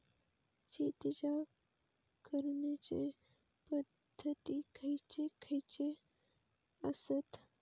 शेतीच्या करण्याचे पध्दती खैचे खैचे आसत?